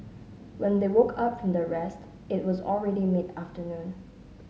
when they woke up from their rest it was already mid afternoon